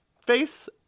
face